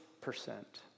percent